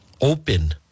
open